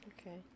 Okay